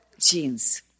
Jeans